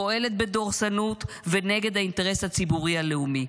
פועלת בדורסנות ונגד האינטרס הציבורי הלאומי.